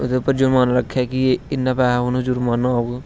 ओहदे उपर जुर्माना रक्खे कि इना पेसा उसगी जुर्माना होग